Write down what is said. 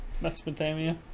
Mesopotamia